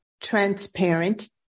transparent